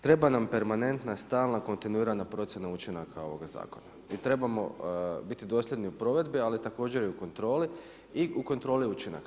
Treba nam permanentna, stalna, kontinuirana procjena učinaka ovoga zakona i trebamo biti dosljedni u provedbi, ali također i u kontroli i u kontroli učinaka.